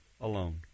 alone